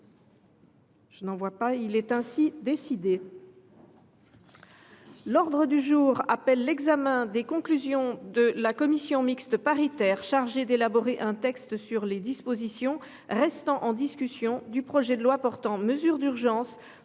observations ?… Il en est ainsi décidé. L’ordre du jour appelle l’examen des conclusions de la commission mixte paritaire chargée d’élaborer un texte sur les dispositions restant en discussion du projet de loi portant mesures d’urgence